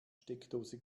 steckdose